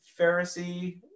Pharisee